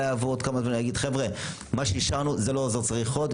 יבוא עוד כמה זמן ויגידו: מה שאישרנו צריך עוד,